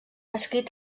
escrit